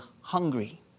hungry